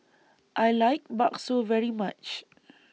I like Bakso very much